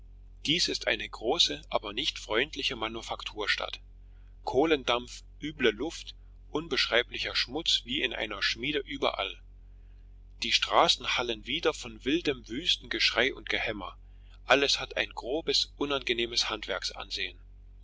dies ist eine große aber nicht freundliche manufakturstadt kohlendampf üble luft unbeschreiblicher schmutz wie in einer schmiede überall die straßen hallen wider von wildem wüstem geschrei und gehämmer alles hat ein grobes unangenehmes handwerksansehen